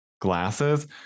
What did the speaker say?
glasses